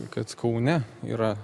kad kaune yra